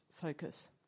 focus